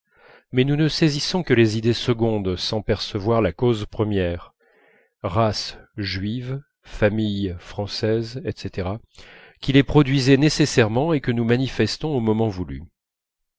mais nous ne saisissons que les idées secondes sans percevoir la cause première race juive famille française etc qui les produisait nécessairement et que nous manifestons au moment voulu